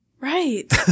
Right